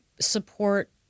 support